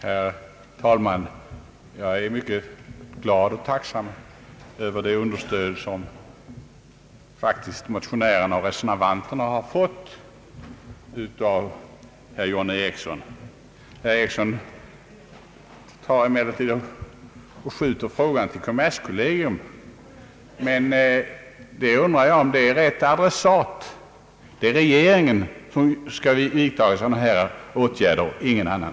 Herr talman! Jag är mycket glad och tacksam över det understöd som motionärerna och reservanterna faktiskt har fått av herr John Ericsson. Herr Ericsson skjuter emellertid över frågan till kommerskollegium. Jag undrar om det är rätt adressat. Det är regeringen som skall vidta de erforderliga restriktionerna för importen, ingen annan.